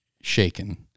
shaken